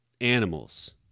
animals